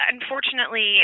unfortunately